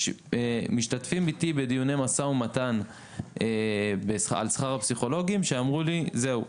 יש משתתפים איתי בדיוני משא ומתן על שכר הפסיכולוגים שאמרו לי זהו,